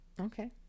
Okay